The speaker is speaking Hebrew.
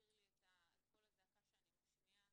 מזכיר לי את קול הזעקה שאני משמיעה